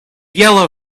yellow